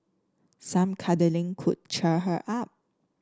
some cuddling could cheer her up